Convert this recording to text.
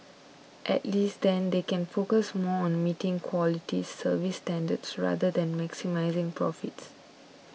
at least then they can focus more on meeting quality service standards rather than maximising profits